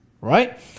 Right